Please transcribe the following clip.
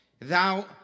thou